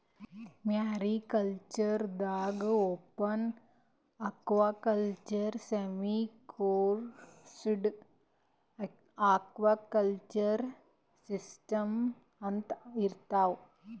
mariculture ದಾಗಾ open aquaculture, semiclosed aquaculture systems ಅಂತಾ ಇರ್ತವ್